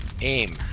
Aim